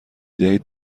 دهید